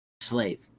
slave